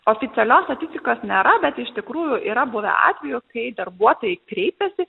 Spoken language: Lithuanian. oficialios statistikos nėra bet iš tikrųjų yra buvę atvejų kai darbuotojai kreipiasi